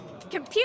Computer